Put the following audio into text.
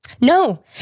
No